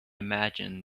imagine